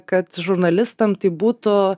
kad žurnalistams tai būtų